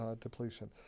depletion